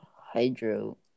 Hydro